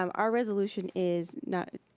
um our resolution is not